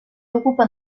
ocupa